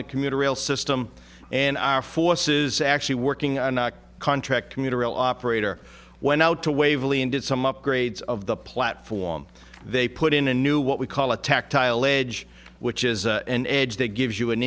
the commuter rail system and our forces actually working on a contract commuter rail operator went out to waverly and did some upgrades of the platform they put in a new what we call a tactile edge which is an edge that gives you an